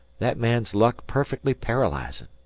that man's luck's perfectly paralyzin'.